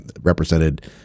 represented